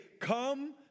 come